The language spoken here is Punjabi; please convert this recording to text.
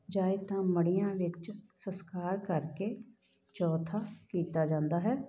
ਜਾਏ ਤਾਂ ਮੜੀਆਂ ਵਿਚ ਸੰਸਕਾਰ ਕਰਕੇ ਚੌਥਾ ਕੀਤਾ ਜਾਂਦਾ ਹੈ